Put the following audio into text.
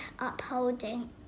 upholding